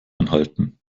anhalten